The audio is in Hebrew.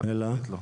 חד משמעית לא.